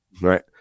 right